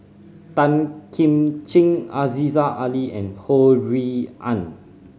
Tan Kim Ching Aziza Ali and Ho Rui An